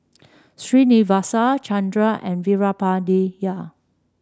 Srinivasa Chandra and Veerapandiya